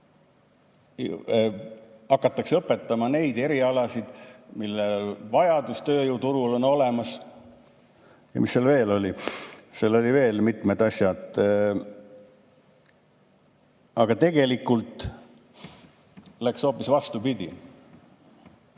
Hakatakse õpetama neid erialasid, mille järele on tööjõuturul vajadus olemas. Ja mis seal veel oli? Seal olid veel mitmed asjad. Aga tegelikult läks hoopis vastupidi.